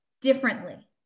differently